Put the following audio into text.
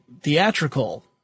theatrical